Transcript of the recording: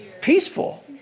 Peaceful